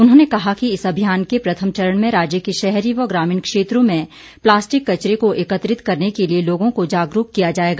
उन्होंने कहा कि इस अभियान के प्रथम चरण में राज्य के शहरी व ग्रामीण क्षेत्रों में प्लास्टिक कचरे को एकत्रित करने के लिये लोगों को जागरूक किया जाएगा